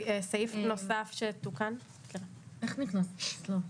תקנה 3(ד),